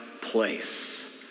place